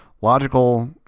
logical